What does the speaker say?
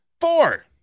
four